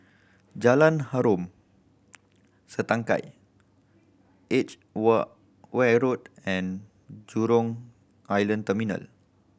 Jalan Harom Setangkai edge wool ware Road and Jurong Island Terminal